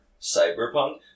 cyberpunk